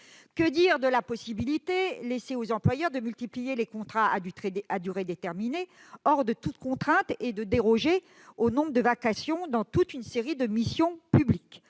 Que dire de la possibilité laissée aux employeurs de multiplier les contrats à durée déterminée hors de toute contrainte et de déroger au nombre de vacations dans toute une série de missions publiques ?